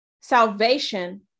salvation